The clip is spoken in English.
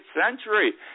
century